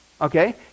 okay